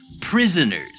Prisoners